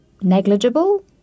negligible